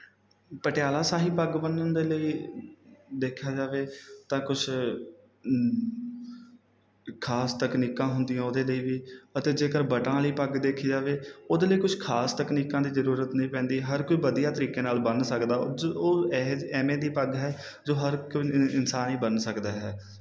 ਪਟਿਆਲਾ ਸ਼ਾਹੀ ਪੱਗ ਬੰਨ੍ਹਣ ਦੇ ਲਈ ਦੇਖਿਆ ਜਾਵੇ ਤਾਂ ਕੁਛ ਅ ਖ਼ਾਸ ਤਕਨੀਕਾਂ ਹੁੰਦੀਆਂ ਉਹਦੇ ਲਈ ਵੀ ਅਤੇ ਜੇਕਰ ਬਟਾਂ ਵਾਲੀ ਪੱਗ ਦੇਖੀ ਜਾਵੇ ਉਹਦੇ ਲਈ ਕੁਝ ਖ਼ਾਸ ਤਕਨੀਕਾਂ ਦੀ ਜ਼ਰੂਰਤ ਨਹੀਂ ਪੈਂਦੀ ਹਰ ਕੋਈ ਵਧੀਆ ਤਰੀਕੇ ਨਾਲ ਬੰਨ੍ਹ ਸਕਦਾ ਜ ਉਹ ਐਹ ਜ ਐਵੇਂ ਦੀ ਪੱਗ ਹੈ ਜੋ ਹਰ ਇੱਕ ਇਨਸਾਨ ਹੀ ਬਣ ਸਕਦਾ ਹੈ